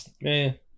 Man